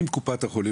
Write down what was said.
אם קופת החולים